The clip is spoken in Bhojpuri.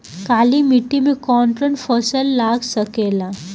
काली मिट्टी मे कौन कौन फसल लाग सकेला?